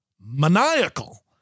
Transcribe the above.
maniacal